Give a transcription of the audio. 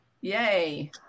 Yay